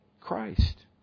Christ